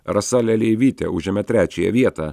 rasa leleivytė užėmė trečiąją vietą